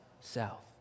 South